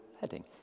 heading